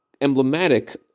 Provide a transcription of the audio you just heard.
emblematic